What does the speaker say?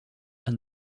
and